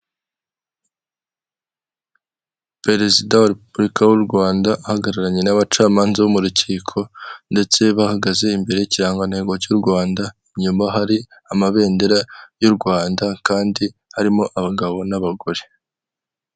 Perezida wa repubulika w'u Rwanda ahagararanye n'abacamanza bo mu rukiko ndetse bahagaze imbere y'ikirangantego cy'u Rwanda inyuma hari amabendera y'u Rwanda kandi harimo abagabo n'abagore .